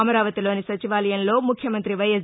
అమరావతిలోని సచివాలయంలో ముఖ్యమంత్రి వైఎస్